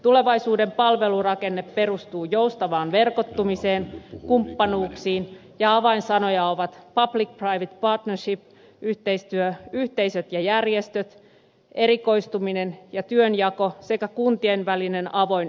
tulevaisuuden palvelurakenne perustuu joustavaan verkottumiseen kumppanuuksiin ja avainsanoja ovat publicprivate partnership yhteistyö yhteisöt ja järjestöt erikoistuminen ja työnjako sekä kuntien välinen avoin yhteistyö